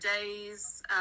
days